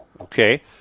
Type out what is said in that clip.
Okay